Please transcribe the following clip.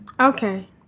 Okay